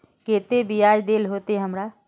केते बियाज देल होते हमरा?